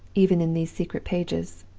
even in these secret pages.